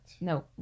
No